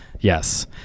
Yes